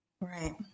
Right